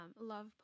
love